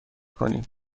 کنیم